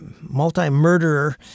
multi-murderer